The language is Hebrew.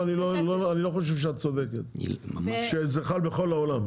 אני לא חושב שאת צודקת, שזה חל בכל העולם.